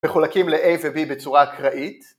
‫מחולקים ל-A ו-B בצורה אקראית.